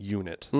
unit